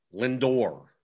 Lindor